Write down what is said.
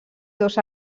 dos